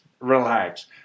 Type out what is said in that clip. Relax